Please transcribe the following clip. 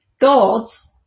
God's